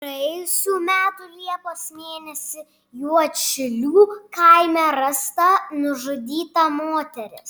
praėjusių metų liepos mėnesį juodšilių kaime rasta nužudyta moteris